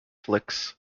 flicks